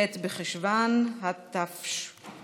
ט' בחשוון התשפ"א,